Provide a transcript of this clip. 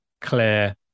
clear